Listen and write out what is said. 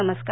नमस्कार